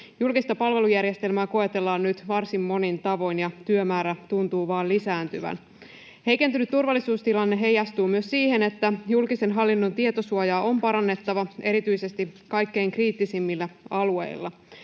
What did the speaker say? Julkista palvelujärjestelmää koetellaan nyt varsin monin tavoin, ja työmäärä tuntuu vaan lisääntyvän. Heikentynyt turvallisuustilanne heijastuu myös siihen, että julkisen hallinnon tietosuojaa on parannettava erityisesti kaikkein kriittisimmillä alueilla.